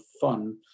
fun